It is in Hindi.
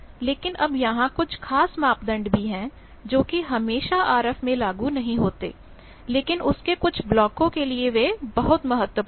लेकिन अब यहां कुछ खास मापदंड भी है जो कि हमेशा आरएफ में लागू नहीं होते लेकिन उसके कुछ ब्लॉकों के लिए वे बहुत महत्वपूर्ण हैं